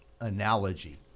analogy